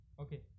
okay